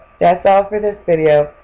that's all for this video.